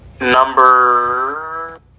number